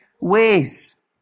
ways